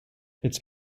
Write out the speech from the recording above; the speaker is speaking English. its